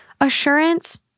assurance